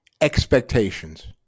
expectations